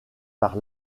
par